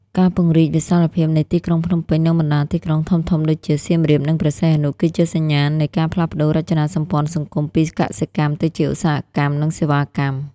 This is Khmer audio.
ការពង្រីកវិសាលភាពនៃទីក្រុងភ្នំពេញ និងបណ្ដាទីក្រុងធំៗដូចជាសៀមរាប និងព្រះសីហនុ គឺជាសញ្ញាណនៃការផ្លាស់ប្តូររចនាសម្ព័ន្ធសង្គមពីកសិកម្មទៅជាឧស្សាហកម្ម និងសេវាកម្ម។